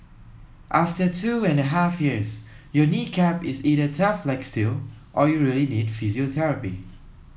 after two and a half years your knee cap is either tough like steel or you need physiotherapy